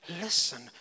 Listen